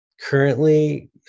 currently